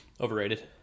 Overrated